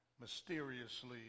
mysteriously